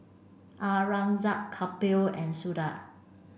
Aurangzeb Kapil and Suda